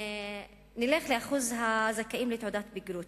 נלך לשיעור הזכאים לתעודת בגרות,